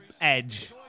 Edge